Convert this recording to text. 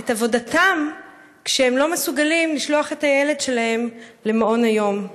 את עבודתם כשהם לא מסוגלים לשלוח את הילד שלהם למעון היום.